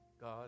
God